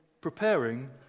preparing